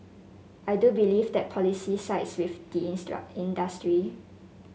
I do believe that the policy sides with the instruct industry